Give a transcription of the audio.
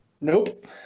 Nope